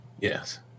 Yes